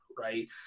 right